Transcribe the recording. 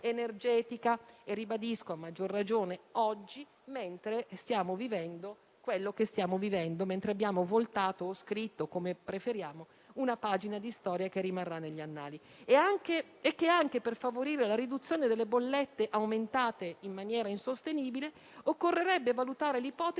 energetica. Lo ribadisco, a maggior ragione, oggi mentre stiamo vivendo quello che stiamo vivendo, mentre abbiamo voltato o scritto, come preferiamo, una pagina di storia che rimarrà negli annali. E ancora, anche per favorire la riduzione delle bollette, aumentate in maniera insostenibile, occorrerebbe valutare l'ipotesi